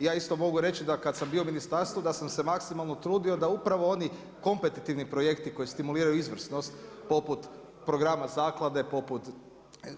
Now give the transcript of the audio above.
I ja isto mogu reći da kad sam bio u ministarstvu da sam se maksimalno trudio da upravo oni kompetitivni projekti koji stimuliraju izvrsnost poput programa zaklade, poput